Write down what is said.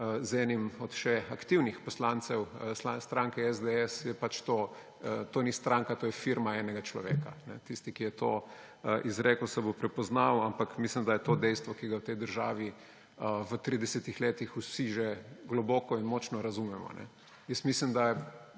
z enim od še aktivnih poslancev stranke SDS, da pač to ni stranka, to je firma enega človeka. Tisti, ki je to izrekel, se bo prepoznal. Ampak mislim, da je to dejstvo, ki ga v tej državi v 30 letih vsi že globoko in močno razumemo. Jaz mislim, da je